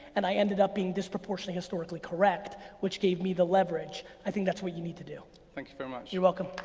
and i ended up being disproportionally historically correct, which gave me the leverage. i think that's what you need to do. thank you very much. you're welcome.